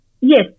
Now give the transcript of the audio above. yes